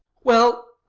well,